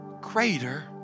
greater